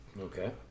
Okay